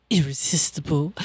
Irresistible